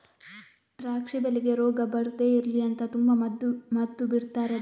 ದ್ರಾಕ್ಷಿ ಬೆಳೆಗೆ ರೋಗ ಬರ್ದೇ ಇರ್ಲಿ ಅಂತ ತುಂಬಾ ಮದ್ದು ಬಿಡ್ತಾರೆ ಅದ್ಕೆ